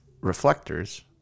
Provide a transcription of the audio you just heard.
reflectors